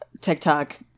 tiktok